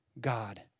God